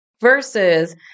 versus